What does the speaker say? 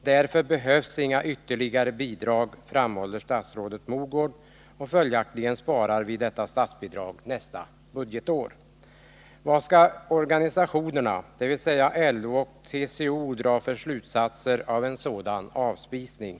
Därför behövs inga ytterligare bidrag, framhåller statsrådet Mogård, och följaktligen sparar vi detta statsbidrag nästa budgetår. Vilka slutsatser skall organisationerna, dvs. LO och TCO, dra av en sådan avspisning?